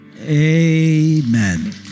amen